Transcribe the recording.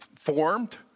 formed